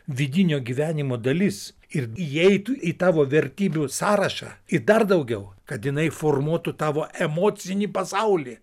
vidinio gyvenimo dalis ir įeitų į tavo vertybių sąrašą ir dar daugiau kad jinai formuotų tavo emocinį pasaulį